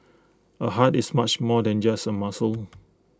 A heart is much more than just A muscle